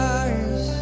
eyes